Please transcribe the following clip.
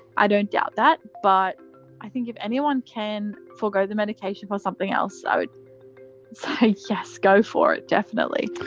i don't doubt that. but i think if anyone can forego the medication for something else, i would say yes, go for it, definitely.